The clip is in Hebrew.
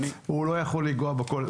הוא לא יכול לנגוע בהכול.